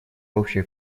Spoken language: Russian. общее